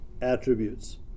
attributes